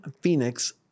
Phoenix